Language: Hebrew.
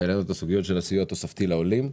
וכן את הסוגיות של הסיוע התוספתי לעולים,